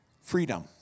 freedom